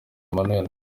emmanuel